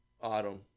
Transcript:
autumn